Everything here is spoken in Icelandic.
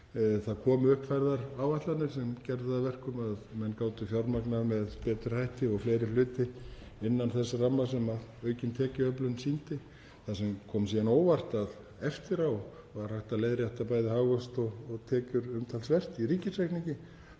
Það komu uppfærðar áætlanir sem gerðu það að verkum að menn gátu fjármagnað með betri hætti og fleiri hluti innan þess ramma sem aukin tekjuöflun sýndi. Það sem kom síðan á óvart eftir á var hægt að leiðrétta, bæði hagvöxt og tekjur, umtalsvert í ríkisreikningi